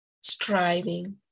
striving